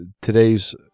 today's